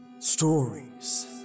Stories